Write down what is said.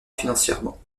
financièrement